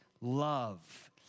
love